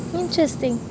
interesting